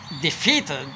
defeated